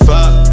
Fuck